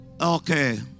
okay